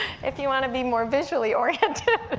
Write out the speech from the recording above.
if you wanna be more visually oriented